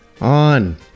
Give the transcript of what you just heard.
on